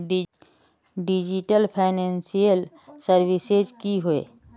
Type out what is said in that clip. Digital financial services की होय?